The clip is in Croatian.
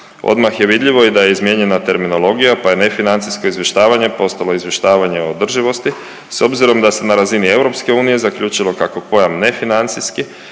Odmah je vidljivo i da je izmijenjena terminologija, pa je nefinancijsko izvještavanje postalo izvještavanje o održivosti s obzirom da se na razini EU zaključilo kako pojam nefinancijski